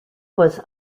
was